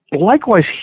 Likewise